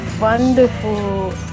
wonderful